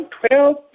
twelve